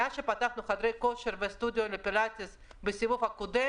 מאז שפתחנו את חדרי כושר ואת חדרי הסטודיו לפילאטיס בסיבוב הקודם,